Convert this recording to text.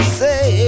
say